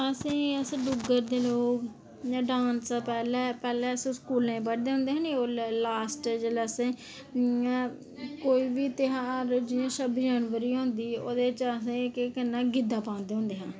असें ई अस डुग्गर दे लोक इंया डांस पैह्लें पैह्लें अस स्कूलें पढ़दे होंदे हे नी ओल्लै लॉस्ट जेल्लै असें कोई बी ध्यार जियां छब्बी जनवरी होंदी ओह्दे बिच असें केह् करना गिद्दा पांदे होंदे हे